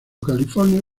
california